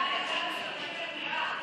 ההסתייגות (13) של חברי הכנסת אורלי לוי אבקסיס,